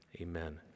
Amen